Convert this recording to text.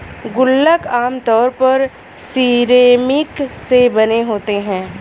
गुल्लक आमतौर पर सिरेमिक से बने होते हैं